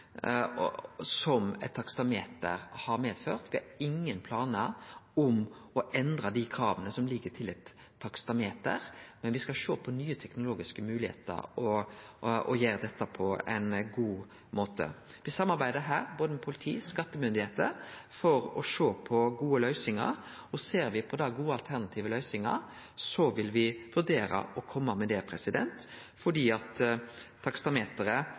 som eit taksameter medfører. Me har ingen planar om å endre dei krava som ligg i eit taksameter, men me skal sjå på nye teknologiske moglegheiter og gjere dette på ein god måte. Me samarbeider her både med politiet og skattemyndigheitene for å sjå på gode løysingar, og ser me gode alternative løysingar, vil me vurdere å kome med det,